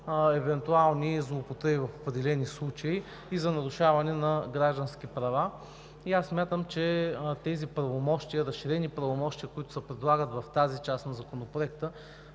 евентуални злоупотреби в определени случаи и за нарушаване на граждански права. Смятам, че тези разширени правомощия, които се предлагат в тази част на Законопроекта,